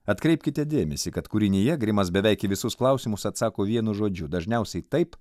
atkreipkite dėmesį kad kūrinyje grimas beveik į visus klausimus atsako vienu žodžiu dažniausiai taip